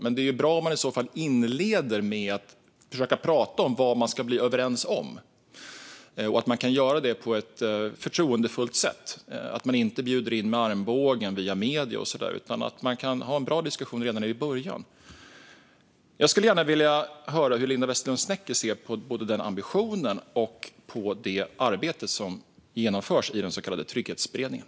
Men det är bra om man i så fall inleder med att försöka tala om vad man ska bli överens om och göra det på ett förtroendefullt sätt så att man inte bjuder in med armbågen via medierna utan kan ha en bra diskussion redan från början. Jag skulle gärna vilja höra hur Linda Westerlund Snecker ser på både den ambitionen och det arbete som genomförs i den så kallade Trygghetsberedningen.